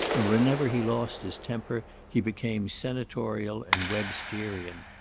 and whenever he lost his temper he became senatorial and websterian.